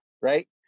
right